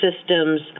systems